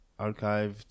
archived